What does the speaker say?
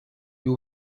you